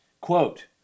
Quote